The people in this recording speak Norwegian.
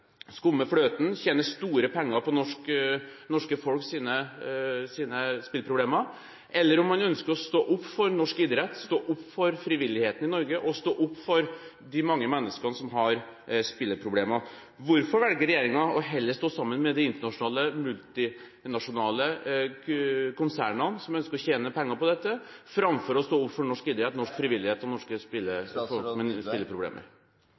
store penger på norske folks spillproblemer, eller om man ønsker å stå opp for norsk idrett, stå opp for frivilligheten i Norge og stå opp for de mange menneskene som har spillproblemer. Hvorfor velger regjeringen heller å stå sammen med de internasjonale, multinasjonale, konsernene som ønsker å tjene penger på dette, framfor å stå opp for norsk idrett, norsk frivillighet og